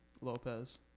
Lopez